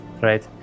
right